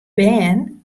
bern